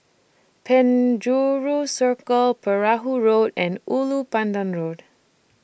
Penjuru Circle Perahu Road and Ulu Pandan Road